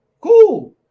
Cool